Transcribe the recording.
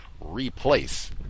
Replace